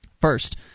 First